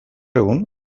egun